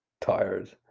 tired